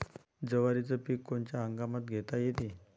जवारीचं पीक कोनच्या हंगामात घेता येते?